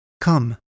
Come